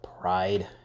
pride